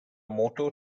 motto